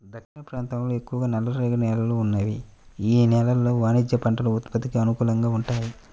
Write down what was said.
దక్కన్ ప్రాంతంలో ఎక్కువగా నల్లరేగడి నేలలు ఉన్నాయి, యీ నేలలు వాణిజ్య పంటల ఉత్పత్తికి అనుకూలంగా వుంటయ్యి